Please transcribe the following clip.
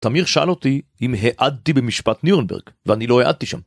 תמיר שאל אותי אם העדתי במשפט נירנברג, ואני לא העדתי שם.